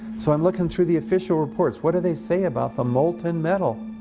so i'm looking through the official reports, what do they say about the molten metal?